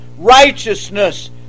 righteousness